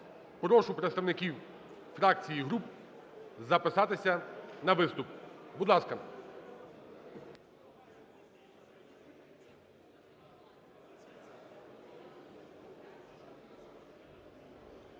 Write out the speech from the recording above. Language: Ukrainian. Прошу представників фракцій і груп записатися на виступ. Будь ласка.